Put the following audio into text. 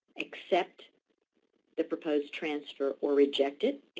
accept the proposed transfer or reject it.